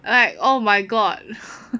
like oh my god